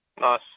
Nice